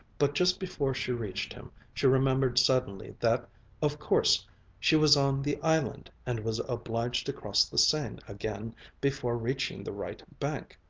but just before she reached him, she remembered suddenly that of course she was on the island and was obliged to cross the seine again before reaching the right bank.